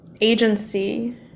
agency